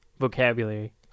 vocabulary